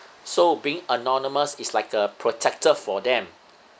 so being anonymous is like a protector for them